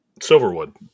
silverwood